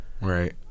right